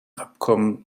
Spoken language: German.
abkommen